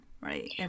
right